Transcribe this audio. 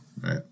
Right